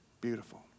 Beautiful